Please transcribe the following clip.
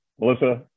Melissa